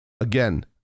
Again